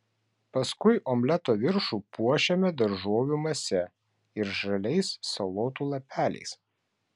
paskui omleto viršų puošiame daržovių mase ir žaliais salotų lapeliais